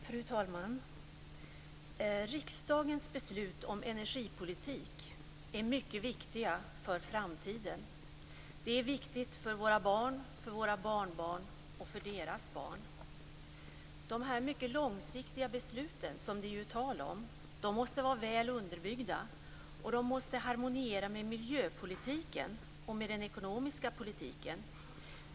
Fru talman! Riksdagens beslut om energipolitik är mycket viktiga för framtiden. Det är viktigt för våra barn, för våra barnbarn och för deras barn. Dessa mycket långsiktiga beslut som det är tal om måste vara väl underbyggda, och de måste harmoniera med miljöpolitiken och med den ekonomiska politiken.